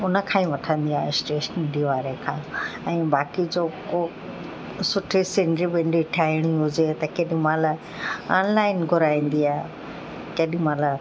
उन खां ई वठंदी आहियां स्टेशनरी डिवारे खां ऐं बाक़ी जो को सुठे सिनरी विनरी ठाहिणी हुजे त केॾीमहिल ऑनलाइन घुराईंदी आहियां केॾीमहिल